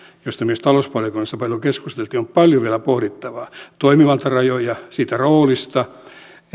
josta myös talousvaliokunnassa paljon keskusteltiin on paljon vielä pohdittavaa toimivaltarajoja siitä roolista